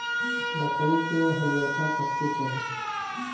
बकरी के हरिअरका पत्ते चाही